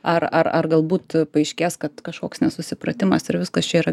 ar ar galbūt paaiškės kad kažkoks nesusipratimas ir viskas čia yra